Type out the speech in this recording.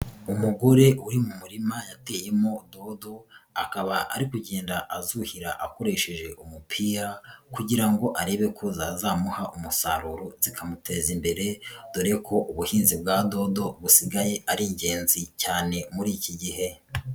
Umugore uri mu murima yateyemo dodo, akaba ari kugenda azuhira akoresheje umupira kugira ngo arebe ko zazamuha umusaruro bikamuteza imbere, dore ko ubuhinzi bwa dodo busigaye ari ingenzi cyane muri iki gihe.